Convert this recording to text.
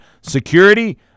security